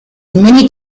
many